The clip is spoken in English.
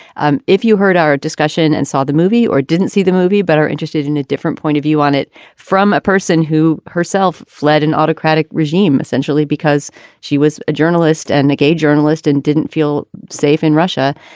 um if you heard our discussion and saw the movie or didn't see the movie, but are interested in a different point of view on it from a person who herself fled an autocratic regime, essentially because she was a journalist and nick a journalist and didn't feel safe in russia.